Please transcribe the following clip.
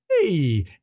Hey